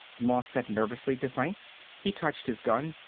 moss said nervously to franks. he touched his gun.